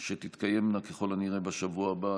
שתתקיימנה ככל הנראה בשבוע הבא,